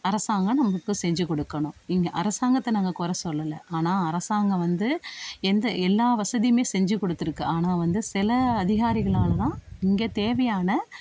அரசாங்கம் நம்மளுக்கு செஞ்சு கொடுக்கணும் இங்கே அரசாங்கத்தை நாங்கள் கொறை சொல்லலை ஆனால் அரசாங்கம் வந்து எந்த எல்லா வசதியுமே செஞ்சு கொடுத்துருக்கு ஆனால் வந்து சில அதிகாரிகளால்தான் இங்கே தேவையான